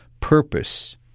purpose